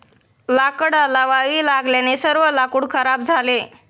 लाकडाला वाळवी लागल्याने सर्व लाकूड खराब झाले